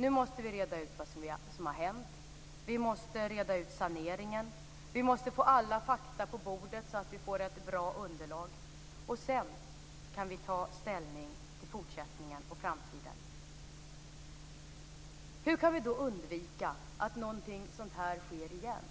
Nu måste vi reda ut vad som har hänt. Vi måste reda ut saneringen. Vi måste få alla fakta på bordet så att vi får ett bra underlag. Sedan kan vi ta ställning till fortsättningen och framtiden. Hur kan vi då undvika att någonting sådant här sker igen?